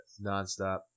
nonstop